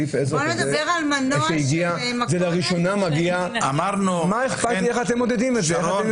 יש סעיף מדינתי --- מה אכפת לי איך מודדים את זה.